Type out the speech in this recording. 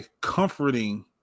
comforting